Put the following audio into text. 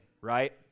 right